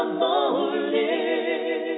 morning